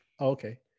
Okay